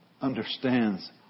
understands